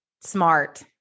Smart